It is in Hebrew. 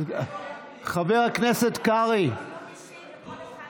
אבל לא עושים את זה כאן.